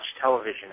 television